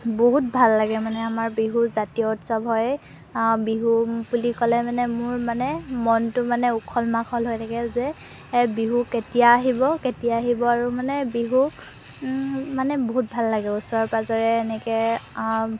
বহুত ভাল লাগে মানে আমাৰ বিহু জাতীয় উৎসৱ হয় বিহু বুলি ক'লে মানে মোৰ মানে মনটো মানে উখল মাখল হৈ থাকে যে বিহু কেতিয়া আহিব কেতিয়া আহিব আৰু মানে বিহু মানে বহুত ভাল লাগে ওচৰৰ পাঁজৰে এনেকৈ